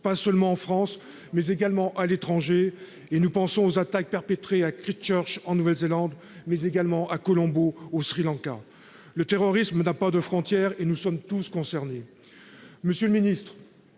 pas seulement en France mais également à l'étranger, et nous pensons aux attaques perpétrées à Christchurch, en Nouvelle-Zélande, mais également à Colombo, au Sri Lanka, le terrorisme n'a pas de frontières, et nous sommes tous concernés,